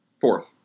fourth